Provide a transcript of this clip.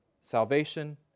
salvation